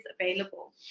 available